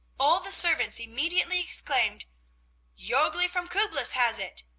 all the servants immediately exclaimed jorgli from kublis has it!